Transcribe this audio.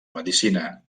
medicina